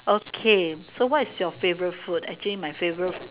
okay so what is your favourite food actually my favourite